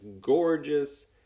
gorgeous